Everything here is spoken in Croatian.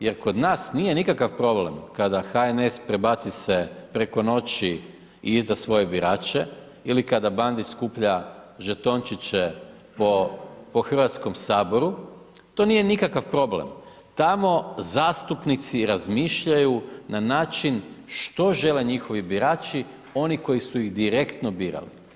jer kod nas nije nikakav problem kada HNS prebaci se preko noći i izda svoje birače ili kada Bandić skuplja žetončiće po Hrvatskom saboru, to nije nikakav problem, tamo zastupnici razmišljaju na način što žele njihovi birači oni koju su ih direktno birali.